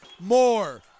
More